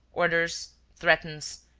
orders, threatens,